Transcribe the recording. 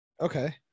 Okay